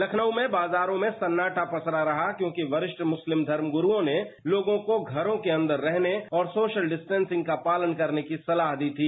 लखनऊ में बाजारों में सन्नाटा पसरा रहा क्योंकि वरिष्ठ मुरिलम धर्मगुरुओं ने लोगों को घरों के अंदर रहने और सोशल डिस्टेंसिंग का पालन करने की सलाह दी थी